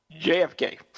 JFK